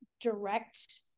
direct